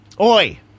oi